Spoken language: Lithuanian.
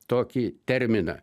tokį terminą